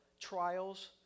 trials